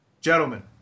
Gentlemen